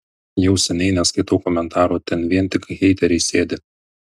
jau seniai neskaitau komentarų ten vien tik heiteriai sėdi